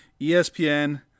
ESPN